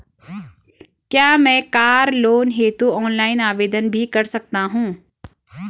क्या मैं car loan हेतु ऑनलाइन आवेदन भी कर सकता हूँ?